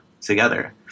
together